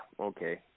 okay